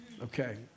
Okay